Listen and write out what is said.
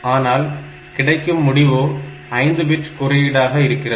ஆனால் கிடைக்கும் முடிவோ 5 பிட் குறியீடாக இருக்கிறது